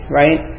right